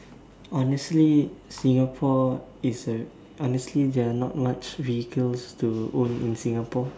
honestly Singapore is a honestly there are not much vehicles to own in Singapore